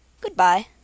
Goodbye